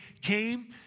came